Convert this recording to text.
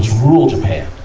rural japan,